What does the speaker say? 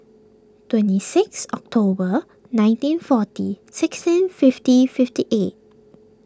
twenty six October nineteen forty sixteen fifty fifty eight